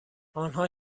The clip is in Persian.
آنها